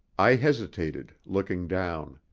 i hesitated, looking down.